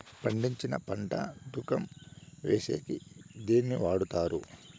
పండించిన పంట తూకం వేసేకి దేన్ని వాడతారు?